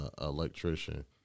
electrician